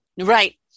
Right